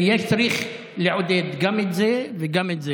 צריך לעודד גם את זה וגם את זה.